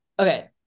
Okay